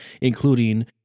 including